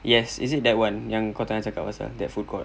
yes is it that one yang kau tengah cakap that food court